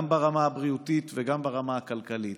גם ברמה הבריאותית וגם ברמה הכלכלית.